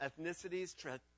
ethnicities